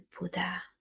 Buddha